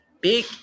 big